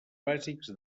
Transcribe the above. bàsics